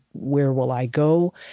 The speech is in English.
where will i go?